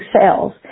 cells